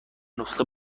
نسخه